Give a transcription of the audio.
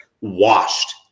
washed